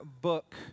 book